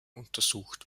untersucht